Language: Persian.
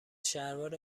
شلوار